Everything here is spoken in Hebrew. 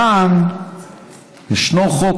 כאן ישנו חוק,